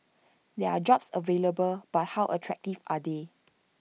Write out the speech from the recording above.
there are jobs available but how attractive are they